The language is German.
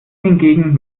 hingegen